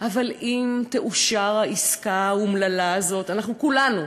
אבל אם תאושר העסקה האומללה הזאת, אנחנו כולנו,